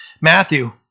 Matthew